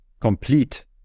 complete